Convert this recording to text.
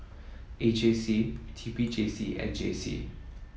A J C T P J C and J C